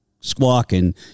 squawking